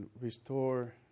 restore